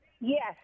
Yes